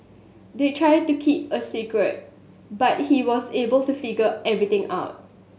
they tried to keep it a secret but he was able to figure everything out